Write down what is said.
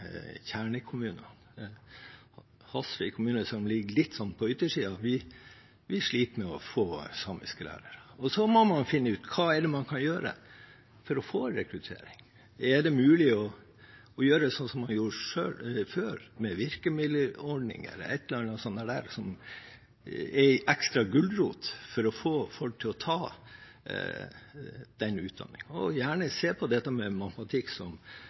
kjernekommunene. I Hasvik kommune, som ligger litt på yttersiden, sliter vi med å få samisklærere. Og så må man finne ut hva man kan gjøre for å få rekruttering. Er det mulig å gjøre slik som vi gjorde før, med virkemiddelordninger eller noe sånt, som er en ekstra gulrot for å få folk til å ta den utdanningen – og gjerne se på dette med matematikk, som